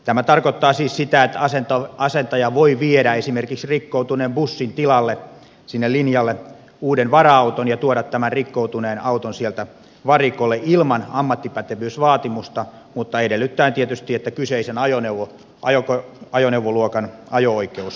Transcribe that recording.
tämä tarkoittaa siis sitä että asentaja voi viedä esimerkiksi rikkoutuneen bussin tilalle sinne linjalle uuden vara auton ja tuoda tämän rikkoutuneen auton sieltä varikolle ilman ammattipätevyysvaatimusta mutta edellyttäen tietysti että kyseisen ajoneuvoluokan ajo oikeus on olemassa